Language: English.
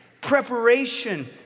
preparation